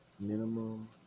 minimum